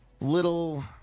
little